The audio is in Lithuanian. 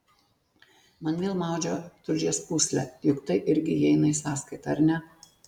man vėl maudžia tulžies pūslę juk tai irgi įeina į sąskaitą ar ne